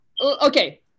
Okay